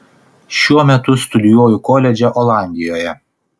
šiuo metu studijuoju koledže olandijoje